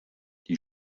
die